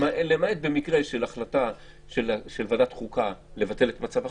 למעט במקרה של החלטה של ועדת חוקה לבטל את מצב החירום,